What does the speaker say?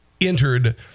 entered